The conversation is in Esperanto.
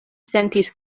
sentis